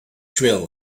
drill